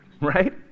Right